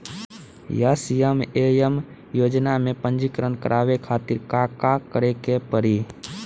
SMAM योजना में पंजीकरण करावे खातिर का का करे के पड़ी?